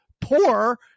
poor